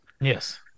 yes